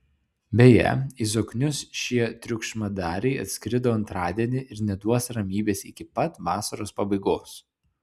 beje į zoknius šie triukšmadariai atskrido antradienį ir neduos ramybės iki pat vasaros pabaigos